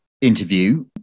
interview